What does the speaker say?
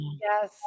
Yes